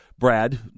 Brad